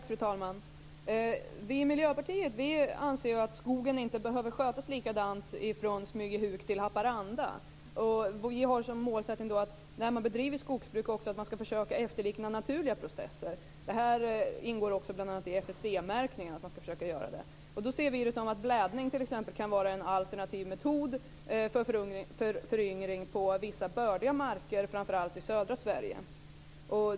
Fru talman! Vi i Miljöpartiet anser att skogen inte behöver skötas på samma sätt från Smygehuk till Haparanda. Vi har som målsättning att man, när man bedriver skogsbruk, ska försöka att efterlikna naturliga processer. Det ingår också i bl.a. FSC-märkningen att man ska försöka att göra det. Blädning, t.ex., kan vara en alternativ metod för föryngring på vissa bördiga marker, framför allt i södra Sverige.